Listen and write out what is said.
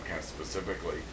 specifically